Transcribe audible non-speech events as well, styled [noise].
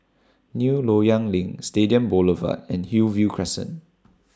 [noise] New Loyang LINK Stadium Boulevard and Hillview Crescent